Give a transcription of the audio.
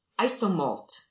Isomalt